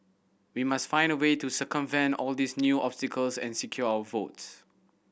we must find a way to circumvent all these new obstacles and secure our votes